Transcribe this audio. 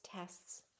Tests